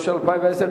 התש"ע 2010,